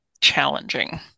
challenging